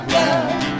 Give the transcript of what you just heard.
love